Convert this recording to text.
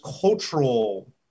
cultural